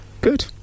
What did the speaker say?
Good